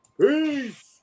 Peace